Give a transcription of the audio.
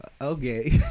okay